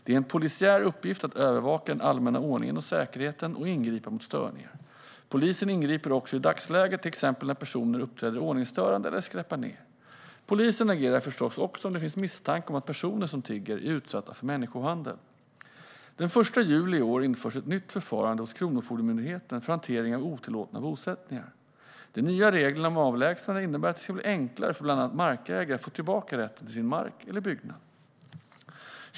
Det är en polisiär uppgift att övervaka den allmänna ordningen och säkerheten och ingripa mot störningar. Polisen ingriper också i dagsläget, till exempel när personer uppträder ordningsstörande eller skräpar ned. Polisen agerar förstås också om det finns misstanke om att personer som tigger är utsatta för människohandel. Den 1 juli i år införs ett nytt förfarande hos Kronofogdemyndigheten för hantering av otillåtna bosättningar. De nya reglerna om avlägsnande innebär att det ska bli enklare för bland andra markägare att få tillbaka rätten till sin mark eller byggnad.